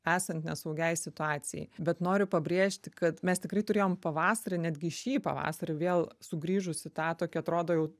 esant nesaugiai situacijai bet noriu pabrėžti kad mes tikrai turėjom pavasarį netgi šį pavasarį vėl sugrįžusį tą tokį atrodo jau